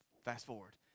fast-forward